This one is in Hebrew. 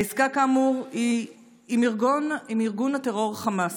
העסקה, כאמור, היא עם ארגון הטרור חמאס,